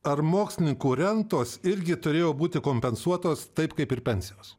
ar mokslininkų rentos irgi turėjo būti kompensuotos taip kaip ir pensijos